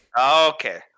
Okay